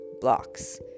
blocks